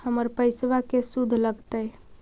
हमर पैसाबा के शुद्ध लगतै?